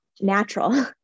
natural